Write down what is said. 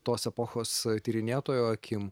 tos epochos tyrinėtojo akim